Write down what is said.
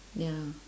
ya